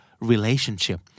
Relationship